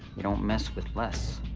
you don't mess with les.